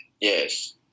Yes